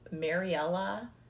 mariella